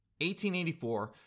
$18.84